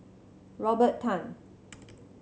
Robert Tan